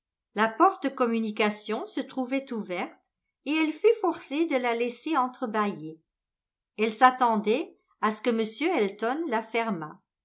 la porte de communication se trouvait ouverte et elle fut forcée de la laisser entrebâillée elle s'attendait à ce que m elton la fermât